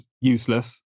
useless